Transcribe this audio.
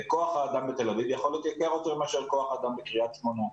כוח האדם בתל אביב יכול להיות יקר יותר מאשר כוח האדם בקריית שמונה.